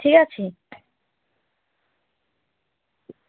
ঠিক আছে